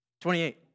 28